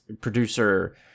producer